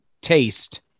taste